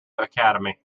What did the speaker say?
academy